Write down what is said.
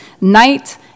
night